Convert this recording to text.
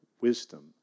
wisdom